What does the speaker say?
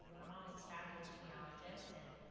and my mom is this fabulous genealogist and,